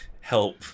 help